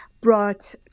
brought